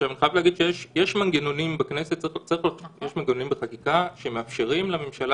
אני חייב להגיד שיש מנגנונים בחקיקה שמאפשרים לממשלה